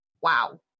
Wow